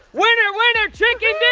winner, winner chicken dinner!